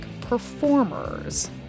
performers